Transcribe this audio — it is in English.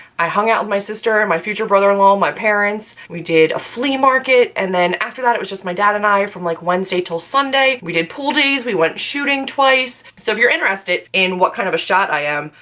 i hung out with my sister and my future brother-in-law and my parents. we did a flea market and then after that it was just my dad and i from like wednesday til sunday, we did pool days, we went shooting twice. so if you're interested in what kind of a shot i am,